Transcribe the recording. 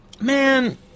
man